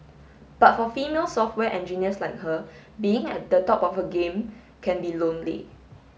but for female software engineers like her being at the top of the game can be lonely